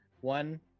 One